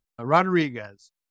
Rodriguez